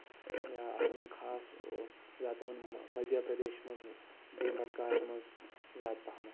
یا اَتھ منٛز چھُ خاص زیادٕ پیوان مدھیہ پردیشس منٛز بیٚیہِ بَٹکاہس منٛز زیادٕ پہمتھ